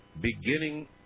beginning